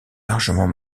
largement